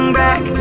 back